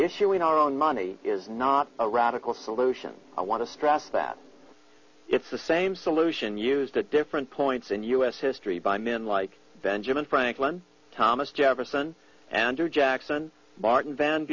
issuing our own money is not a radical solution i want to stress that it's the same solution used at different points in u s history by men like benjamin franklin thomas jefferson andrew jackson martin van